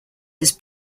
his